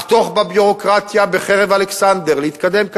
לחתוך בביורוקרטיה בחרב אלכסנדר, להתקדם,